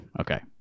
okay